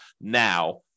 now